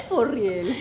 for real